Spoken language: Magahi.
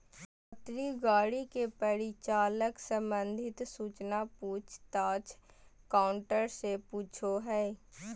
यात्री गाड़ी के परिचालन संबंधित सूचना पूछ ताछ काउंटर से पूछो हइ